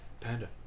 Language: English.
Panda